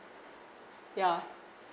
ya